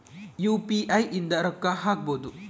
UPI ಇಂದ ರೊಕ್ಕ ಹಕ್ಬೋದು